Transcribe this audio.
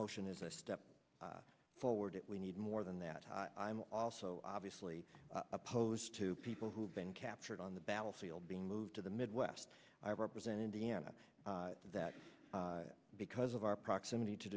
motion is a step forward that we need more than that i'm also obviously opposed to people who have been captured on the battlefield being moved to the midwest i represent indiana that because of our proximity to